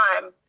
time